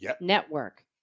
network